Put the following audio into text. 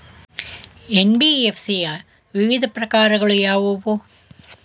NBFC ಯ ವಿವಿಧ ಪ್ರಕಾರಗಳು ಯಾವುವು?